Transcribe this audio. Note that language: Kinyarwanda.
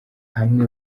hamwe